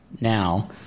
now